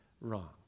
wrong